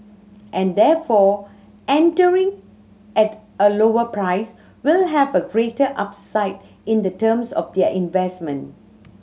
and therefore entering at a lower price will have a greater upside in the terms of their investment